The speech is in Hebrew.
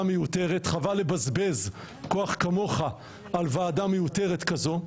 מיותרת וחבל לבזבז כוח כמוך על ועדה מיותרת כזאת.